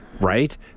right